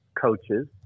coaches